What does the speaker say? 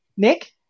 Nick